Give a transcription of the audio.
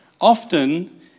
Often